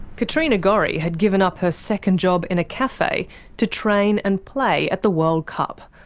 katrina gorry had given up her second job in a cafe to train and play at the world cup.